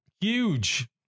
huge